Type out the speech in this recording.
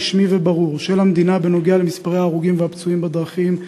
רשמי וברור של המדינה בנוגע למספרי ההרוגים והפצועים בדרכים,